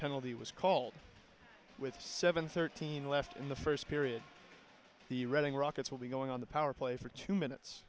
penalty was called with seven thirteen left in the first period the reading rockets will be going on the power play for two minutes